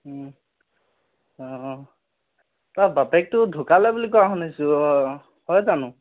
অঁ তাৰ বাপেকটো ঢুকালে বুলি শুনিছোঁ হয় জানো